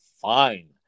fine